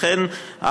לכן,